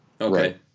Okay